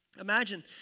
Imagine